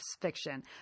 fiction